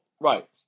right